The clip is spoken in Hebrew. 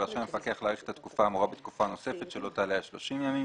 ורשאי המפקח להאריך את התקופה האמורה בתקופה נוספת שלא תעלה על 30 ימים.